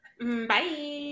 Bye